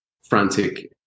frantic